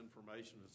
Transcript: information